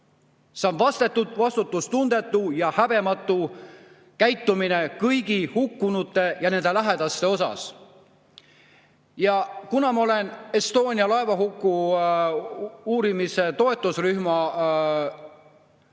on vastutustundetu ja häbematu käitumine kõigi hukkunute ja nende lähedaste suhtes. Kuna ma olen Estonia laevahuku uurimise toetusrühma